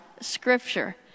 scripture